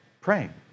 praying